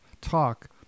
talk